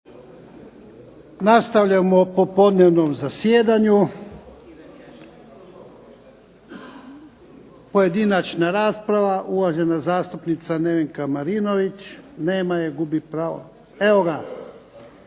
uključen./… po podnevnom zasjedanju. Pojedinačna rasprava, uvažena zastupnica Nevenka Marinović. Nema je. Gubi pravo. Evo ga.